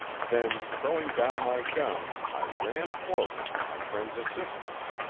then throwing down my gun i ran forward to my friend's assistance.